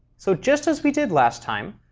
so just as we did last time,